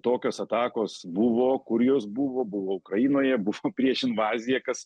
tokios atakos buvo kur jos buvo buvo ukrainoje buvo prieš invaziją kas